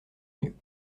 mieux